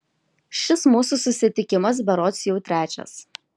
šis mūsų susitikimas berods jau trečias